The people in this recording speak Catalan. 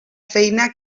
feina